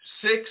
Six